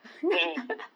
mmhmm